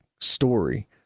story